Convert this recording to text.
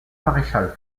maréchal